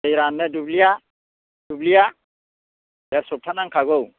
दै राननो दुब्लिया दुब्लिया देर सबथा नांखागौ